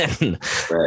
right